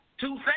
two